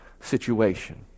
situation